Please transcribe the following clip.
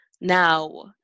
Now